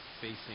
facing